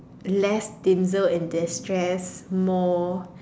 less Din sale and distress more